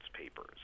papers